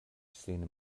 sin